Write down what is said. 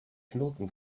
knoten